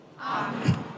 Amen